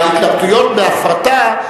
וההתלבטויות על ההפרטה,